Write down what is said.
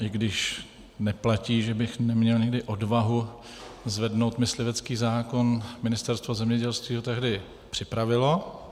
I když neplatí, že bych neměl nikdy odvahu zvednout myslivecký zákon, Ministerstvo zemědělství ho tehdy připravilo.